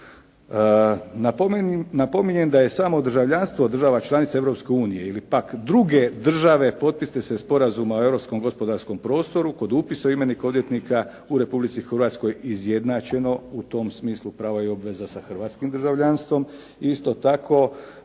Napominjem da je samo državljanstvo država članica Europske unije ili pak druge države potpisnice Sporazuma o europskom gospodarskom prostoru kod upisa u imenik odvjetnika u Republici Hrvatskoj izjednačeno u tom smislu prava i obveza sa hrvatskim državljanstvo i isto tako